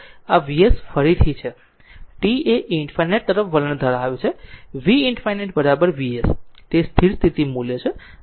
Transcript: અને આ ખરેખર આ Vs પર ફરીથી છે t એ ∞ તરફ વલણ ધરાવે છે V V ∞ Vs તે સ્થિર સ્થિતિ મૂલ્ય છે